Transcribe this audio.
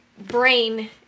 brain